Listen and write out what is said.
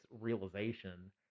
realization